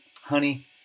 honey